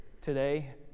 today